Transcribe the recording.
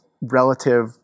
relative